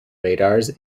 radars